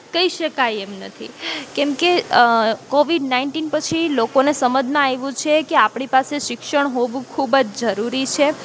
કહી શકાય એમ નથી કેમ કે કોવિદ નાઇન્ટીન પછી લોકોને સમજમાં આવ્યું છે કે આપણી પાસે શિક્ષણ હોવું ખૂબ જ જરૂરી છે